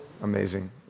Amazing